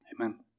Amen